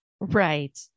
Right